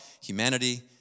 humanity